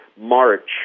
March